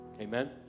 Amen